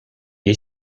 est